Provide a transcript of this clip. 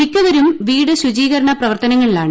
മിക്കവരും വീട് ശുചീകരണ പ്രവർത്തനങ്ങളിലാണ്